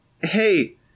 hey